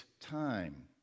time